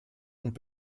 und